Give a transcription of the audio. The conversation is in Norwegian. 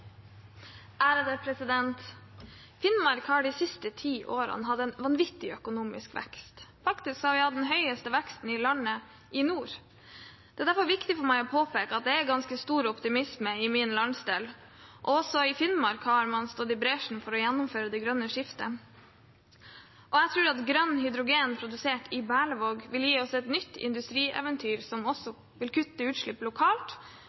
Finnmark har de siste ti årene hatt en vanvittig økonomisk vekst. Faktisk har vi hatt den høyeste veksten i landet i nord. Det er derfor viktig for meg å påpeke at det er ganske stor optimisme i min landsdel. Også i Finnmark har man gått i bresjen for å gjennomføre det grønne skiftet, og jeg tror at grønn hydrogen produsert